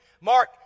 Mark